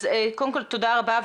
קודם כל תודה רבה.